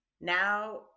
Now